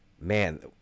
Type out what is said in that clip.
man